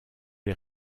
les